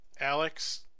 Alex